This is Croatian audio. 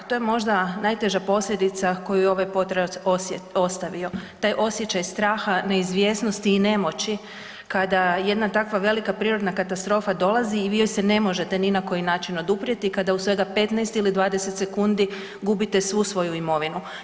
To je možda najteža posljedica koju je ovaj potres ostavio, taj osjećaj straha, neizvjesnosti i nemoći kada jedna takva velika prirodna katastrofa dolazi i vi joj se ne možete ni na koji način oduprijeti kada u svega 15 ili 20 sekundi gubite svu svoju imovinu.